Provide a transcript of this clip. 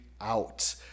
out